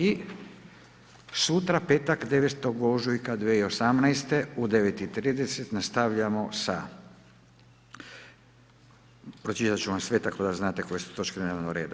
I sutra, petak 9. ožujka 2018. u 9.30 nastavljamo sa, pročitat ću vam sve tako da znate koje su točke dnevnoga reda.